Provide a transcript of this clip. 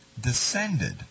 descended